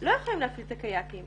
לא יכולים להפעיל את הקיאקים.